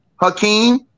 Hakeem